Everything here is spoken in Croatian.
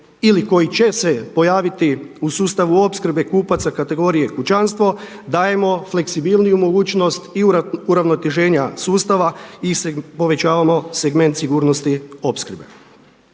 ili koji će se pojaviti u sustavu opskrbe kupaca kategorije kućanstvo dajemo fleksibilniju mogućnost i uravnoteženja sustava i povećavamo segment sigurnosti opskrbe.